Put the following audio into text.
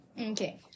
Okay